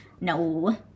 No